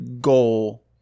goal